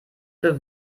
für